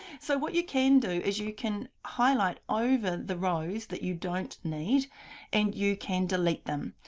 so, what you can do is you can highlight over the rows that you don't need and you can delete them.